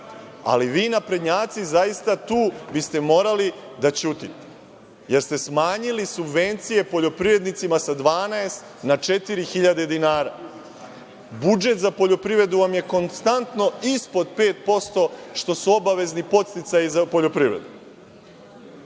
Ali, vi naprednjaci ste zaista tu morali da ćutite, jer ste smanjili subvencije poljoprivrednicima sa 12 na 4.000 dinara. Budžet za poljoprivredu vam je konstantno ispod 5%, što su obavezni podsticaji za poljoprivredu.